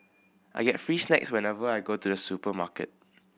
I get free snacks whenever I go to the supermarket